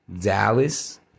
Dallas